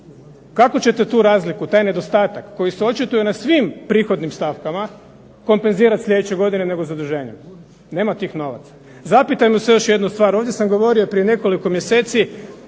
kako ćete tu razliku, taj nedostatak koji se očituje na svim prihodnim stavkama, kompenzirat sljedeće godine nego zaduženjem. Nema tih novaca. Zapitajmo se još jednu stvar. Ovdje sam govorio prije nekoliko mjeseci